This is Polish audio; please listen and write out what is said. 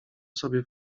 sobie